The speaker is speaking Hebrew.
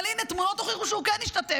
אבל, הינה, תמונות הוכיחו שהוא כן השתתף.